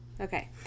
Okay